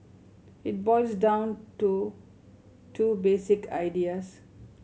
it boils down to two basic ideas